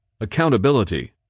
Accountability